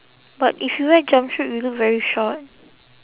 but if you wear jumpsuit you look very short